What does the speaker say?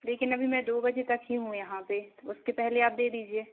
लेकिन अभी मैं दो बजे तक ही हूँ यहाँ पर उसके पहले आप दे दीजिए